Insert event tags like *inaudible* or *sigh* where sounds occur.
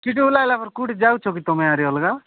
ଚିଟିିଲା *unintelligible* କେଉଁଠି ଯାଉଛ କି ତମ ଆରି ଅଲଗା